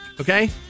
Okay